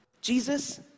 Jesus